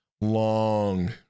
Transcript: long